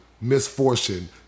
misfortune